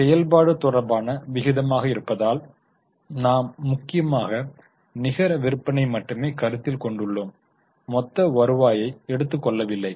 இது செயல்பாடு தொடர்பான விகிதமாக இருப்பதால் நாம் முக்கியமாக நிகர விற்பனை மட்டுமே கருத்தில் கொண்டுள்ளோம் மொத்த வருவாயை எடுத்துகொள்ளவில்லை